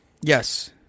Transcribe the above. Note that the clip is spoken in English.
Yes